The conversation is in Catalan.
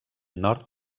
nord